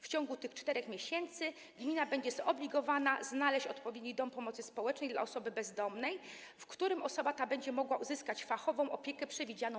W ciągu tych 4 miesięcy gmina będzie zobligowana znaleźć odpowiedni dom pomocy społecznej dla osoby bezdomnej, w którym osoba ta będzie mogła uzyskać fachową opiekę dla niej przewidzianą.